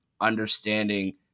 understanding